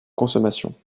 consommation